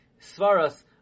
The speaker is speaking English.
svaras